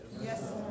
Yes